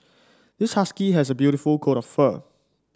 this husky has a beautiful coat of fur